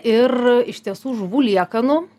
ir iš tiesų žuvų liekanų